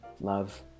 love